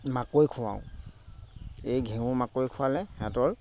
মাকৈ খুৱাওঁ এই ঘেঁহু মাকৈ খোৱালে ইহঁতৰ